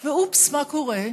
אופס, מה קורה?